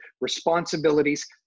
responsibilities